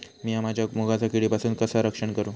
मीया माझ्या मुगाचा किडीपासून कसा रक्षण करू?